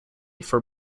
for